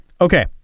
Okay